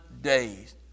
days